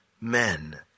men